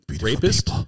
rapist